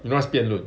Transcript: you must 辩论